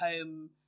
home